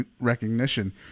recognition